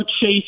Chase